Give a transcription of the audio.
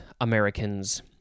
Americans